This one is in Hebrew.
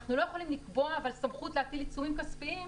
אנחנו לא יכולים לקבוע סמכות להטיל עיצומים כספיים